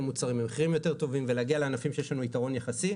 מוצרים במחירים יותר טובים ולהגיע לענפים שיש לנו יתרון יחסי,